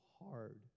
hard